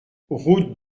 route